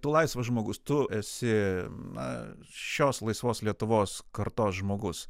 tu laisvas žmogus tu esi na šios laisvos lietuvos kartos žmogus